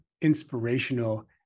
inspirational